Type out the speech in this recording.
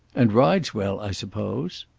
and rides well i suppose.